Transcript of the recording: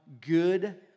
good